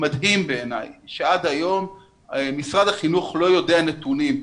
מדהים שעד היום משרד החינוך לא יודע נתונים.